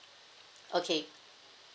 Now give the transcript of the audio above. okay